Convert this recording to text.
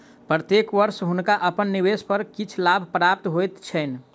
प्रत्येक वर्ष हुनका अपन निवेश पर किछ लाभ प्राप्त होइत छैन